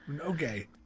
Okay